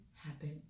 happen